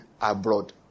abroad